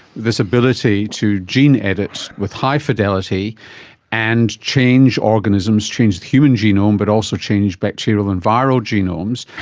this ability to gene edit with high fidelity and change organisms, change the human genome but also change bacterial and viral genomes.